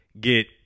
get